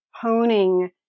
honing